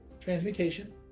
Transmutation